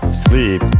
sleep